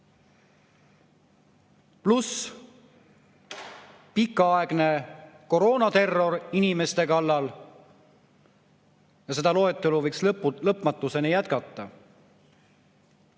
Pluss pikaaegne koroonaterror inimeste kallal. Seda loetelu võiks lõpmatuseni jätkata.